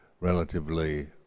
relatively